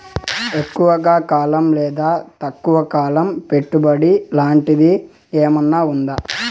ఎక్కువగా కాలం లేదా తక్కువ కాలం పెట్టుబడి లాంటిది ఏమన్నా ఉందా